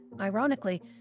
ironically